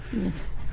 Yes